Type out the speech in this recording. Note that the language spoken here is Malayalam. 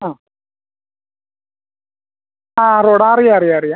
ആ ആ റോഡ് അറിയാം അറിയാം അറിയാം